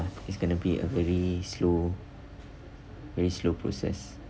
it's gonna be a very slow very slow process